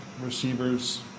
receivers